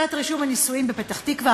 לשכת הרישום לנישואין בפתח-תקווה,